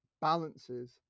balances